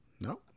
No